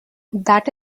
that